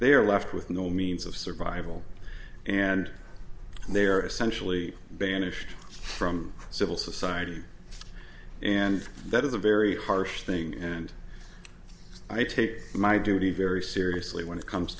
they are left with no means of survival and they are essentially banished from civil society and that is a very harsh thing and i take my duty very seriously when it comes